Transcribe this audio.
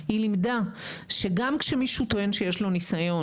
היא לימדה שגם כשמישהו טוען שיש לנו ניסיון,